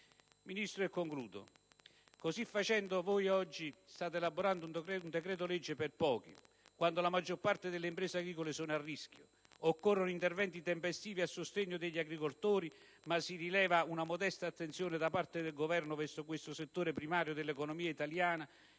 il Parlamento. Così facendo, signor Ministro, state elaborando un decreto-legge per pochi, quando la maggior parte delle imprese agricole sono a rischio. Occorrono interventi tempestivi a sostegno degli agricoltori, ma si rileva una modesta attenzione da parte del Governo verso questo settore primario dell'economia italiana,